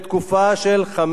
רבותי חברי הכנסת,